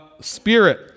spirit